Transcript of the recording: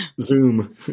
Zoom